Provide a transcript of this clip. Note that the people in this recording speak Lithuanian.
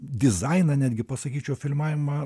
dizainą netgi pasakyčiau filmavimą